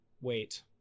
wait